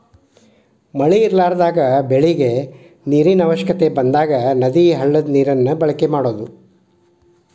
ಮಳಿ ಇರಲಾರದಾಗ ಬೆಳಿಗೆ ನೇರಿನ ಅವಶ್ಯಕತೆ ಬಂದಾಗ ನದಿ, ಹಳ್ಳದ ನೇರನ್ನ ಬಳಕೆ ಮಾಡುದು